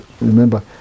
remember